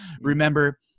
Remember